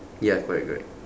ya correct correct